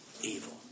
evil